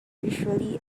usually